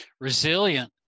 resilient